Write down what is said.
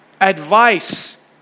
advice